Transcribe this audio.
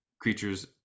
creatures